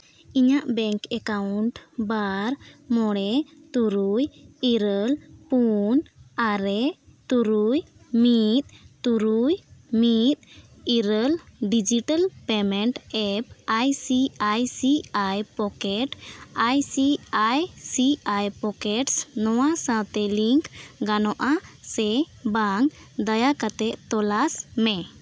ᱤᱧᱟᱹᱜ bank account ᱵᱟᱨ ᱢᱚᱬᱮ ᱛᱩᱨᱩᱭ ᱤᱨᱟᱹᱞ ᱯᱩᱱ ᱟᱨᱮ ᱛᱩᱨᱩᱭ ᱢᱤᱫ ᱛᱩᱨᱩᱭ ᱢᱤᱫ ᱤᱨᱟᱹᱞ digital payment bank I C I C I pocket I C I C I pocket ᱱᱚᱣᱟ ᱥᱟᱶᱛᱮ ᱞᱤᱝᱠ ᱜᱟᱱᱚᱜᱼᱟ ᱥᱮ ᱵᱟᱝ ᱫᱟᱭᱟ ᱠᱟᱛᱮᱫ ᱛᱚᱞᱟᱥ ᱢᱮ